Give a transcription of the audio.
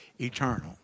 eternal